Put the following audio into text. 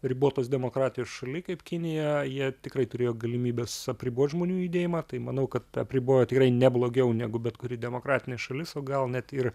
ribotos demokratijos šaly kaip kinija jie tikrai turėjo galimybes apribot žmonių judėjimą tai manau kad apribojo tikrai ne blogiau negu bet kuri demokratinė šalis o gal net ir